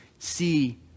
see